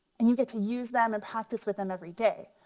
and you get to use them and practice with them everyday.